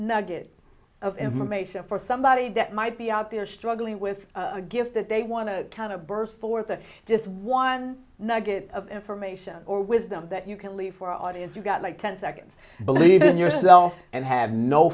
nugget of information for somebody that might be out there struggling with a gift that they want to kind of burst forth of just one nugget of information or wisdom that you can leave for our audience you got like ten seconds believe in yourself and have no